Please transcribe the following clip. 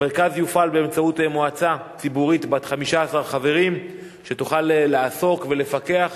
המרכז יופעל באמצעות מועצה ציבורית בת 15 חברים שתוכל לעסוק ולפקח,